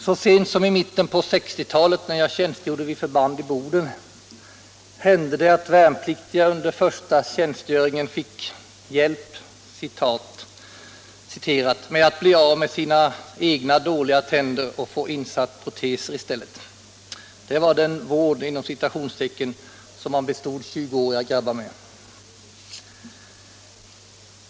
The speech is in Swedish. Så sent som i mitten på 1960-talet, när jag tjänstgjorde vid förband i Boden, hände det att värnpliktiga under första tjänstgöringen fick ”hjälp” med att bli av med sina egna dåliga tänder och få proteser insatta i stället. Det var den ”vård” som man bestod 20-åriga grabbar.